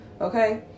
okay